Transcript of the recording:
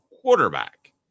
quarterback